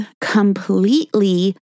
completely